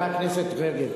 חברת הכנסת רגב,